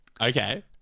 okay